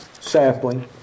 sapling